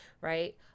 right